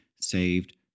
saved